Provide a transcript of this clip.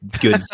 good